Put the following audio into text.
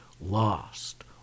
lost